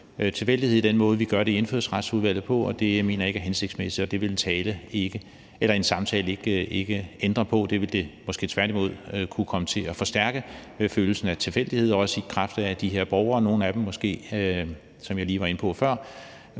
tilfældighed i den måde, vi gør det på i Indfødsretsudvalget, og det mener jeg ikke er hensigtsmæssigt. Det ville en samtale ikke ændre på – det ville måske tværtimod kunne komme til at forstærke følelsen af tilfældighed, også i kraft af at nogle af de her borgere, som jeg lige var inde på før,